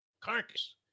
carcass